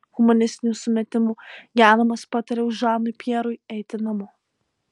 humanistinių sumetimų genamas patariau žanui pjerui eiti namo